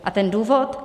A ten důvod?